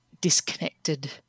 disconnected